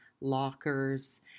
lockers